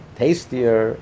tastier